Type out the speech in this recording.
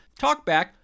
Talkback